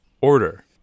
order